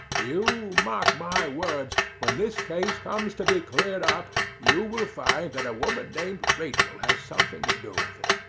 you mark my words, when this case comes to be cleared up you will find that a woman named rachel has something to do with it.